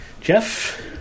Jeff